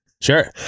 Sure